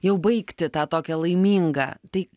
jau baigtį tą tokią laimingą tai